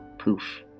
poof